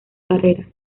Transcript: carrera